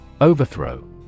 Overthrow